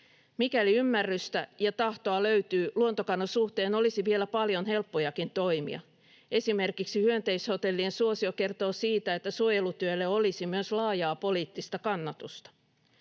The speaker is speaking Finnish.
Mikäli ymmärrystä ja tahtoa löytyy, luontokadon suhteen olisi vielä paljon helppojakin toimia. Esimerkiksi hyönteishotellien suosio kertoo siitä, että suojelutyölle olisi myös laajaa poliittista kannatusta.